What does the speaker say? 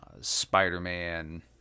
Spider-Man